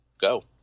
go